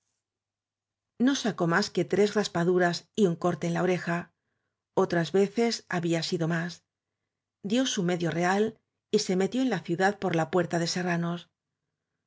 no sacó más que tres raspaduras y un corte la en oreja otras veces había sido más dió medio su real y se metió en la ciudad por la puerta de serranos